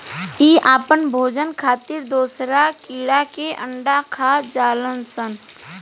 इ आपन भोजन खातिर दोसरा कीड़ा के अंडा खा जालऽ सन